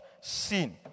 sin